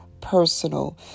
personal